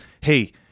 hey